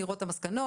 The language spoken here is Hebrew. לראות את המסקנות,